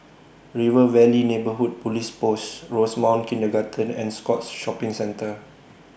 River Valley Neighbourhood Police Post Rosemount Kindergarten and Scotts Shopping Centre